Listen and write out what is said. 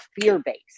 fear-based